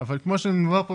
כמו שנאמר פה,